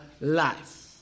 life